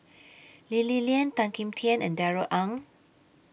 Lee Li Lian Tan Kim Tian and Darrell Ang